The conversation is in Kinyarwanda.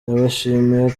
yabashimiye